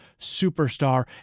Superstar